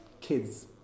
kids